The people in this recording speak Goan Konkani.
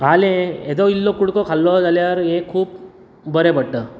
आलें येदो इल्लो कुडको खालो जाल्यार हे खूब बरें पडटा